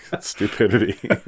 stupidity